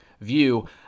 view